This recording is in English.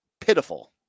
pitiful